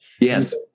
Yes